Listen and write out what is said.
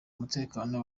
umutekano